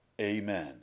Amen